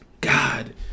God